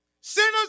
Sinners